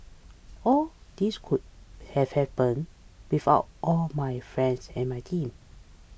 all this would have happened without all my friends and my team